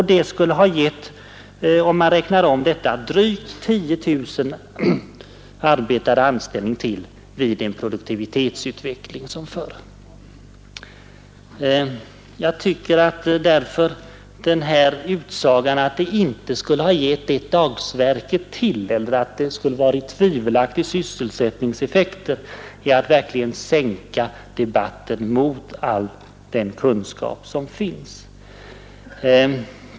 Det skulle ha gett ytterligare drygt 10 000 arbetare anställning vid en produktivitetsutveckling som förr. Den här utsagan att det inte skulle ha gett ett enda dagsverke till eller att det skulle ha haft en tvivelaktig sysselsättningseffekt är verkligen att sänka debatten och föra den mot all den kunskap som finns.